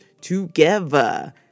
together